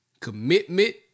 commitment